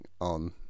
on